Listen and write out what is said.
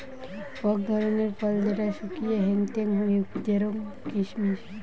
অক ধরণের ফল যেটা শুকিয়ে হেংটেং হউক জেরোম কিসমিস